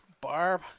Barb